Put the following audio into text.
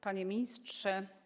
Panie Ministrze!